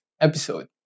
episode